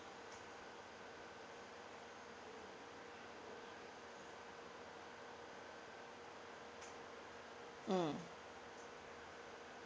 mm